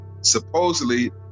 supposedly